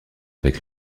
avec